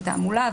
בתעמולה,